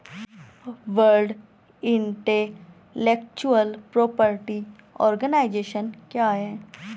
World intellectual property organisation क्या है?